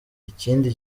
ikindi